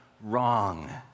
wrong